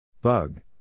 Bug